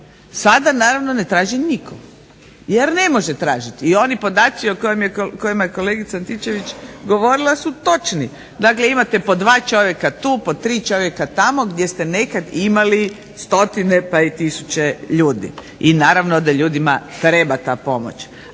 sada naravno ne traži nitko jer ne može tražiti. I oni podaci o kojima je kolegica Antičević govorila su točni. Dakle, imate po dva čovjeka tu, po tri čovjeka tamo gdje ste nekad imali stotine pa i tisuće ljudi. I naravno da ljudima treba ta pomoć.